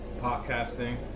podcasting